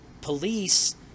police